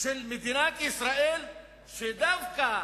של מדינת ישראל שדווקא